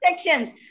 sections